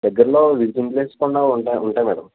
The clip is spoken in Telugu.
దగ్గరలో విసిటింగ్ ప్లేస్లు కూడా ఉంటా ఉంటాయి మేడం